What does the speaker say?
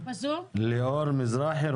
ליאור מזרחי,